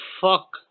fuck